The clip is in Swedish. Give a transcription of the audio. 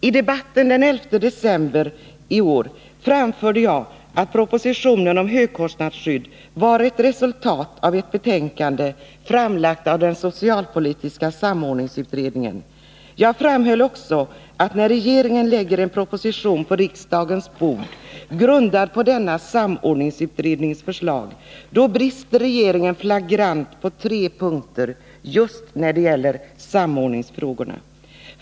I debatten den 11 december i år framförde jag att propositionen om högkostnadsskydd var ett resultat av ett betänkande framlagt av den socialpolitiska samordningsutredningen. Jag framhöll också att när regeringen lägger en proposition på riksdagens bord grundad på denna samordningsutrednings förslag, då brister regeringen flagrant på tre punkter just när det gäller samordningsfrågorna.